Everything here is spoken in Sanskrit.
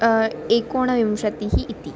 एकोनविंशतिः इति